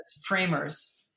framers